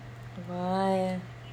but why